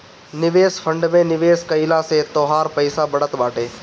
निवेश फंड में निवेश कइला से तोहार पईसा बढ़त बाटे